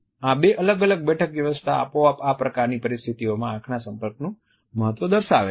આ બે અલગ અલગ બેઠક વ્યવસ્થા આપોઆપ આ પ્રકારની પરિસ્થિતિઓમાં આંખના સંપર્કનું મહત્વ દર્શાવે છે